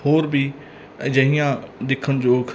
ਹੋਰ ਵੀ ਅਜਿਹੀਆਂ ਦੇਖਣ ਯੋਗ